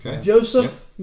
Joseph